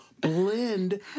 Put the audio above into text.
blend